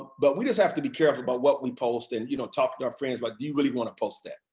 but we just have to be careful about what we post and you know talk to our friends, like but do you really want to post that?